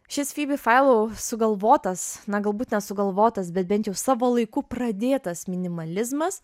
šis fibi failau sugalvotas na galbūt ne sugalvotas bet bent jau savo laiku pradėtas minimalizmas